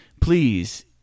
please